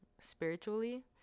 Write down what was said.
spiritually